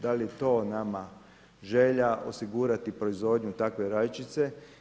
Da li to nama želja, osigurati proizvodnju takve rajčice.